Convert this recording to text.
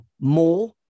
more